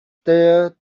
there